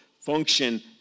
function